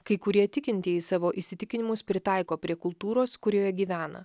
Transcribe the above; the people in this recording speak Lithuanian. kai kurie tikintieji savo įsitikinimus pritaiko prie kultūros kurioje gyvena